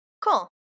Cool